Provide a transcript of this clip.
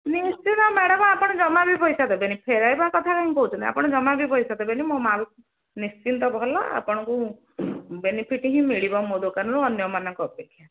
ନିଶ୍ଚିନ୍ତ ମ୍ୟାଡ଼ମ୍ ଆପଣ ଜମା ବି ପଇସା ଦେବେନି ଫେରାଇବା କଥା କାଇଁ କହୁଛନ୍ତି ଆପଣ ଜମା ବିି ପଇସା ଦେବେନି ମୋ ମାଲ୍ ନିଶ୍ଚିନ୍ତ ଭଲ ଆପଣଙ୍କୁ ବେନିଫିଟ୍ ହିଁ ମିଳିବ ମୋ ଦୋକାନରୁ ଅନ୍ୟମାନଙ୍କ ଅପେକ୍ଷା